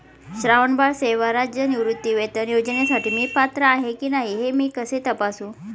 श्रावणबाळ सेवा राज्य निवृत्तीवेतन योजनेसाठी मी पात्र आहे की नाही हे मी कसे तपासू?